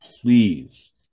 Please